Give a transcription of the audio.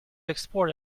export